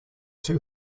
two